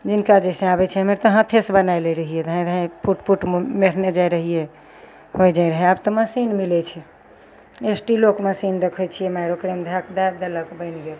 जिनका जैसे आबय छै हमरा तऽ हाथेसँ बना लै रहियै धाँय धाँय पुट पुट मेढ़ने जाइ रहियै होइ जे रहय आब तऽ मशीन मिलय छै स्टीलोके मशीन देखय छियै मारि ओकरामे धैकऽ दै देलक बनि गेल